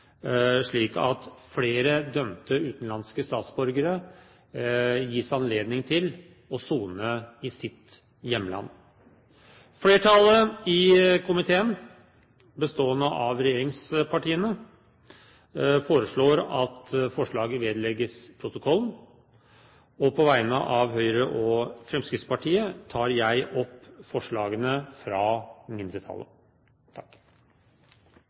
slik at flere dømte utenlandske statsborgere gis anledning til å sone i sitt hjemland. Flertallet i komiteen, bestående av regjeringspartiene, foreslår at forslaget vedlegges protokollen. På vegne av Høyre og Fremskrittspartiet tar jeg opp forslaget fra mindretallet.